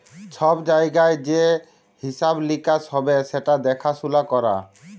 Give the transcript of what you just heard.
ছব জায়গায় যে হিঁসাব লিকাস হ্যবে সেট দ্যাখাসুলা ক্যরা